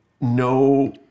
No